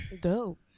Dope